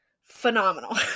phenomenal